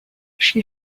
she